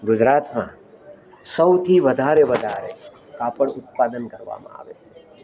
ગુજરાતમાં સૌથી વધારે વધારે કાપડ ઉત્પાદન કરવામાં આવે છે